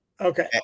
Okay